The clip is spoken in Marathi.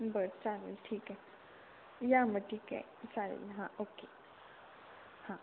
बरं चालेल ठीक आहे या मग ठीक आहे चालेल हां ओके हां